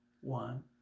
One